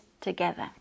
together